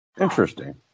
Interesting